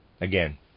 Again